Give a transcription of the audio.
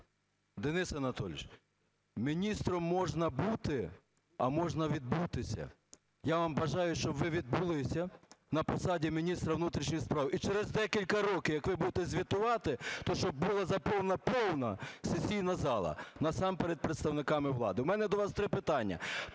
Денис Анатолійович, міністром можна бути, а можна відбутися. Я вам бажаю, щоб ви відбулися на посаді міністра внутрішніх справ. І через декілька років, як ви будете звітувати, то щоб була заповнена, повна сесійна зала насамперед представниками влади. У мене до вас три питання.